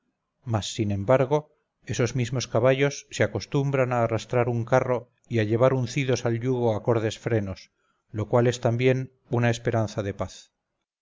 mas sin embargo esos mismos caballos se acostumbran a arrastrar un carro y a llevar uncidos al yugo acordes frenos lo cual es también una esperanza de paz